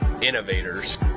innovators